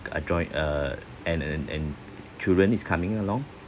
join~ uh and and and children is coming along